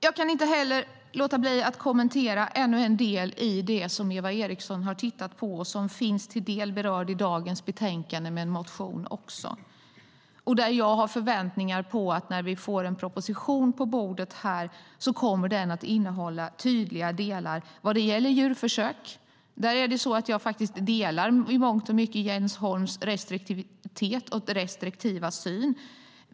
Jag kan inte heller låta bli att kommentera ännu en del i det som Eva Eriksson har tittat på och som delvis berörs i dagens betänkande med anledning av en motion. Där har jag förväntningar på att den proposition som vi får på bordet här kommer att innehålla tydliga delar vad gäller djurförsök. I mångt och mycket delar jag Jens Holms restriktivitet och restriktiva syn.